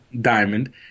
diamond